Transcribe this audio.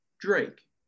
Drake